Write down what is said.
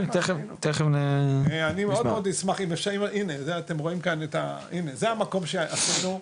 הנה, אתם רואים כאן, זה המקום שעשינו.